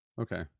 okay